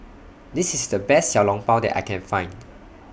This IS The Best Xiao Long Bao that I Can Find